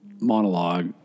monologue